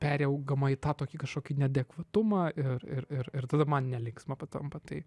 periaugama į tą tokį kašokį neadekvatumą ir ir ir ir tada man nelinksma patampa tai